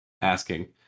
asking